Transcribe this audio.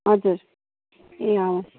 हजुर ए हवस्